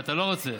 ואתה לא רוצה,